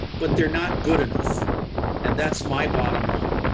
but they're not good enough and that's my bottom line.